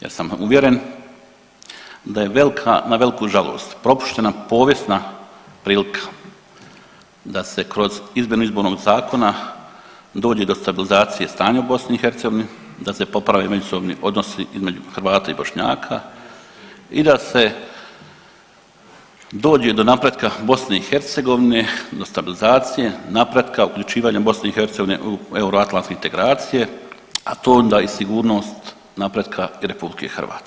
Ja sam uvjeren da je velka, na velku žalost propuštena prilika da se kroz izmjenu Izbornog zakona dođe do stabilizacije stanja u BiH, da se poprave međusobni odnosi između Hrvata i Bošnjaka i da se dođe do napretka BiH do stabilizacije, napretka, uključivanja BiH u euroatlanske integracije, a to onda i sigurnost napretka i RH.